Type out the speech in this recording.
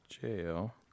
jail